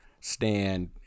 Stand